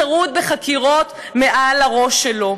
טרוד בחקירות מעל הראש שלו.